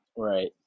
Right